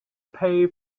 pay